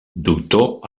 doctor